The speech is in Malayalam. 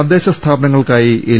തദ്ദേശ സ്ഥാപനങ്ങൾക്കായി എൽ